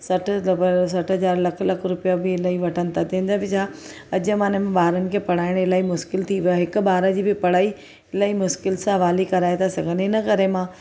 सठि त पर सठि हज़ार लखु लखु रुपया बि इलाही वठनि था तंहिंजा बि जा अॼु ज़माने में ॿारनि खे पढ़ाइणु इलाही मुश्किल थी वियो आहे हिक ॿार जी बि पढ़ाई इलाही मुश्किल सां वाली कराए था सघनि इनकरे मां